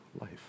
life